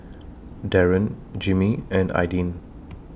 Daron Jimmie and Aidyn